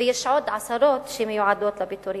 ויש עוד עשרות שמיועדות לפיטורים.